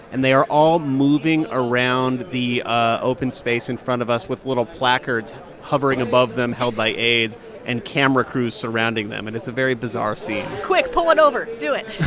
and they are all moving around the ah open space in front of us with little placards hovering above them held by aides and camera crews surrounding them, and it's a very bizarre scene quick, pull one over. do it